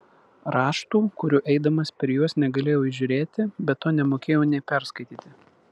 raštų kurių eidamas per juos negalėjau įžiūrėti be to nemokėjau nė perskaityti